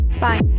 Bye